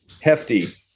hefty